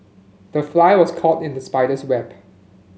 the fly was caught in the spider's web